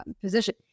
position